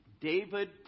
David